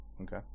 Okay